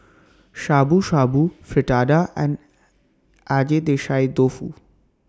Shabu Shabu Fritada and Agedashi Dofu